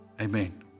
Amen